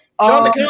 John